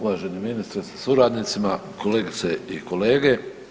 Uvaženi ministre sa suradnicima, kolegice i kolege.